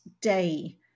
day